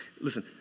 Listen